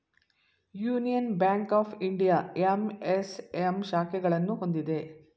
union bank of India MSM ಶಾಖೆಗಳನ್ನು ಹೊಂದಿದೆ